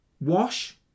wash